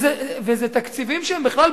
ואלה תקציבים שהם בכלל,